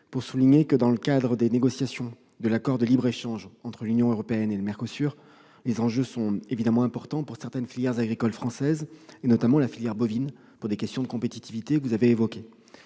question que vous posez. Les négociations de l'accord de libre-échange entre l'Union européenne et le MERCOSUR emportent des enjeux importants pour certaines filières agricoles françaises, notamment la filière bovine, pour les questions de compétitivité que vous avez évoquées.